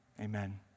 Amen